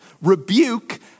rebuke